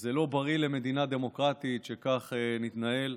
זה לא בריא למדינה דמוקרטית שכך זה מתנהל.